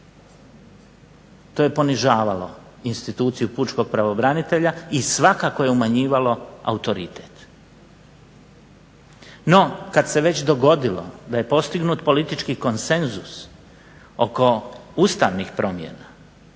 To je ponižavalo instituciju pučkog pravobranitelja i svakako je umanjivalo autoritet. No, kada se već dogodilo da je postignut politički konsenzus oko ustavnih promjena